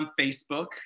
Facebook